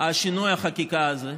שינוי החקיקה הזה,